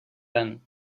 ven